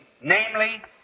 namely